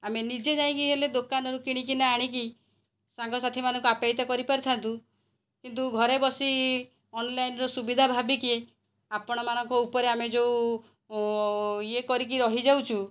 ଆମେ ନିଜେ ଯାଇକି ହେଲେ ଦୋକାନରୁ କିଣିକିନା ଆଣିକି ସାଙ୍ଗସାଥି ମାନଙ୍କୁ ଆପ୍ୟାୟିତ କରିପାରିଥାନ୍ତୁ କିନ୍ତୁ ଘରେ ବସି ଅନ୍ଲାଇନ୍ରେ ସୁବିଧା ଭାବିକି ଆପଣ ମାନଙ୍କ ଉପରେ ଆମେ ଯେଉଁ ଇଏ କରିକି ରହିଯାଉଛୁ